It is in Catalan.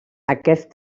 aquest